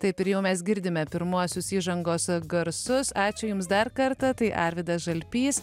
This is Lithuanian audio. taip ir jau mes girdime pirmuosius įžangos garsus ačiū jums dar kartą tai arvydas žalpys